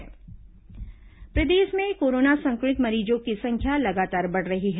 corona मरीज प्रदेश में कोरोना सं क्र मित मरीजों की संख्या लगातार बढ़ रही है